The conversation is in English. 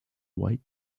white